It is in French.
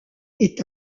est